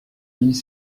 lits